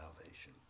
salvation